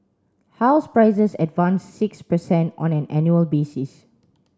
house prices advanced six per cent on an annual basis